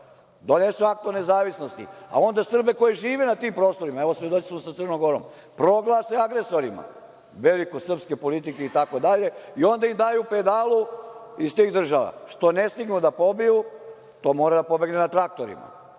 donesu Akt o nezavisnosti, a onda Srbe koji žive na tim prostorima, to se desilo sa Crnom Gorom, proglase agresorima, velike srpske politike, itd. i onda im daju pedalu iz tih država. Što ne stignu da pobiju, to mora da pobegne na traktorima.